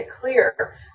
clear